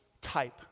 type